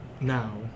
Now